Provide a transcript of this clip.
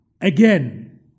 again